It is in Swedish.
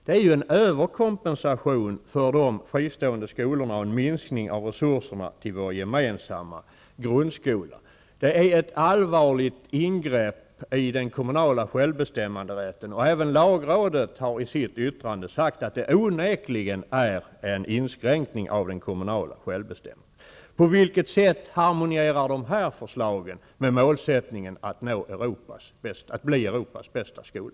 Det innebär en överkompensation för de fristående skolorna och en minskning av resurserna till vår gemensamma grundskola. Det är ett allvarligt ingrepp i den kommunala självbestämmanderätten. Även lagrådet har i sitt yttrande sagt att det onekligen är en inskränkning av den kommunala självbestämmanderätten. På vilket sätt harmonierar dessa förslag med målsättningen att skapa Europas bästa skola?